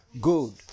good